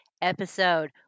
episode